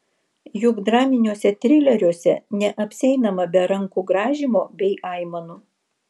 juk draminiuose trileriuose neapsieinama be rankų grąžymo bei aimanų